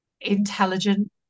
intelligent